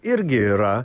irgi yra